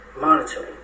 monitoring